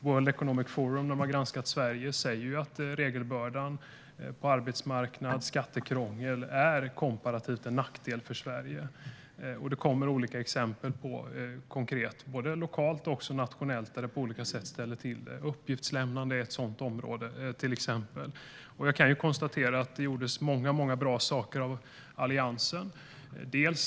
World Economic Forum, som har granskat Sverige, säger att regelbördan på arbetsmarknad och skattekrångel är komparativt en nackdel för Sverige. Det kommer olika exempel konkret både lokalt och också nationellt där det på olika sätt ställer till det. Uppgiftslämnande är till exempel ett sådant område. Jag kan konstatera att det gjordes många bra saker av Alliansen.